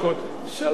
הצביעה בעד.